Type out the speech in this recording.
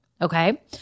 Okay